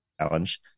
Challenge